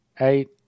eight